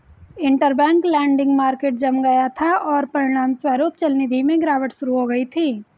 interbank lending market जम गया था, और परिणामस्वरूप चलनिधि में गिरावट शुरू हो गई थी